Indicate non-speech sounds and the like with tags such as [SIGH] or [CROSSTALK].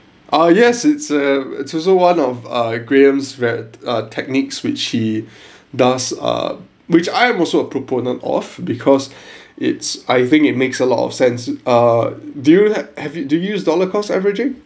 ah yes it's uh it's also one of uh graham's rec~ uh techniques which he [BREATH] does uh which I am also a proponent of because [BREATH] it's I think it makes a lot of sense err do you have have you do you use dollar cost averaging